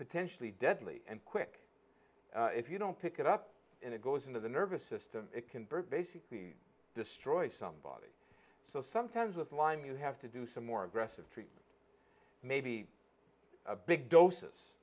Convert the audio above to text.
potentially deadly and quick if you don't pick it up and it goes into the nervous system it converts basically destroy somebody so sometimes with lyme you have to do some more aggressive treat maybe a big dose